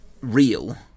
Real